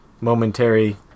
momentary